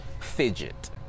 fidget